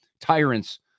tyrants